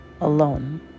alone